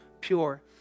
pure